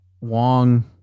Wong